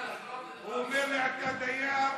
הוא אומר לי: אתה דייר